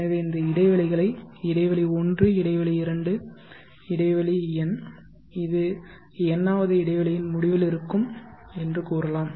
எனவே இந்த இடைவெளிகளை இடைவெளி ஒன்று இடைவெளி இரண்டு இடைவெளி n இது n வது இடைவெளியின் முடிவில் இருக்கும் என்று கூறலாம்